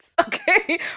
Okay